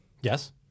Yes